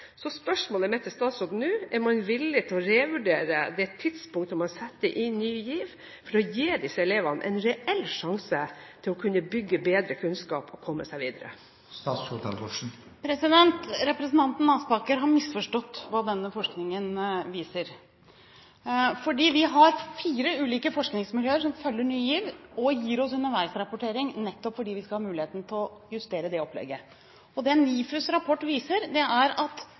Så spørsmålet mitt til statsråden nå er: Er man villig til å revurdere tidspunktet for å sette inn Ny GIV, for å gi disse elevene en reell sjanse til å kunne bygge bedre kunnskap og komme seg videre. Representanten Aspaker har misforstått hva denne forskningen viser. Vi har fire ulike forskningsmiljøer som følger Ny GIV og gir oss underveisrapportering, nettopp fordi vi skal ha muligheten til å justere opplegget. Det NIFUs rapport viser, er at